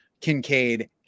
Kincaid